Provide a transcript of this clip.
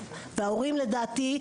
ולדעתי,